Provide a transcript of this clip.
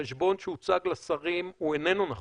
החשבון שהוצג לשרים הוא איננו נכון.